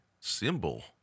symbol